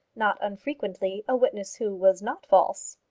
not unfrequently a witness who was not false.